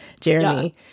Jeremy